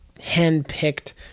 hand-picked